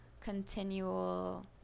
continual